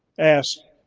asked,